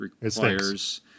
requires